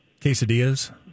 Quesadillas